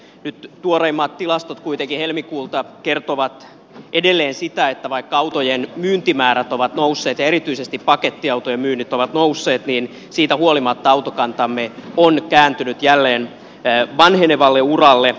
nyt tuoreimmat tilastot kuitenkin helmikuulta kertovat edelleen sitä että vaikka autojen myyntimäärät ovat nousseet ja erityisesti pakettiautojen myynnit ovat nousseet niin siitä huolimatta autokantamme on kääntynyt jälleen vanhenevalle uralle